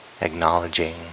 acknowledging